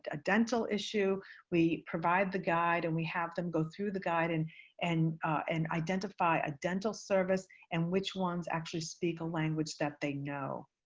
a dental issue we provide the guide and we have them go through the guide and and and identify a dental service and which ones actually speak a language that they know.